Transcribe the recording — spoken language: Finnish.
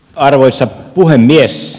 arvoisa puhemies